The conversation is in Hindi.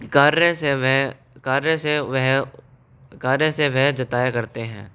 कार्य से वह कार्य से वह कार्य से वह जताया करते हैं